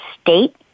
state